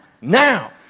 now